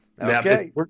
okay